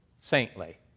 saintly